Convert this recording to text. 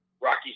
Rocky